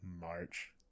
march